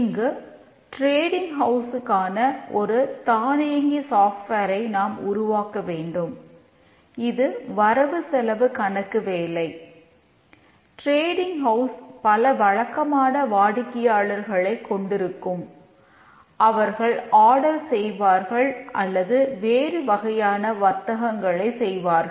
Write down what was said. இங்கு ட்ரெடிங் ஹவுஸ்க்கான செய்வார்கள் அல்லது வேறு வகையான வர்த்தகங்களைச் செய்யவார்கள்